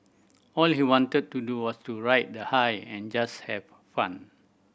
all he wanted to do was to ride the high and just have fun